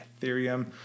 ethereum